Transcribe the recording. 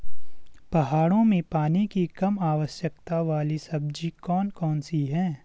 पहाड़ों में पानी की कम आवश्यकता वाली सब्जी कौन कौन सी हैं?